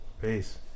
Peace